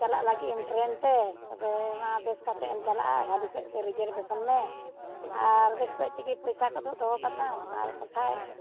ᱪᱟᱞᱟᱜ ᱞᱟᱹᱜᱤᱫ ᱮᱢ ᱴᱨᱮᱱ ᱛᱮ ᱛᱚᱵᱮ ᱢᱟ ᱵᱮᱥ ᱠᱟᱛᱮ ᱮᱢ ᱪᱟᱞᱟᱜᱼᱟ ᱵᱷᱟᱞᱤ ᱚᱠᱚᱡ ᱛᱮ ᱨᱤᱡᱟᱨᱵᱷᱮᱥᱚᱱ ᱢᱮ ᱟᱨ ᱵᱮᱥ ᱚᱠᱚᱡ ᱛᱮᱜᱮ ᱯᱚᱭᱥᱟ ᱠᱚᱫᱚ ᱫᱚᱦᱚ ᱠᱟᱛᱟᱢ ᱟᱨ ᱵᱟᱠᱷᱟᱱ